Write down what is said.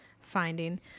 finding